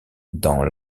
dans